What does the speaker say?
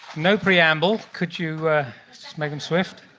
no preamble, could you just make them swift?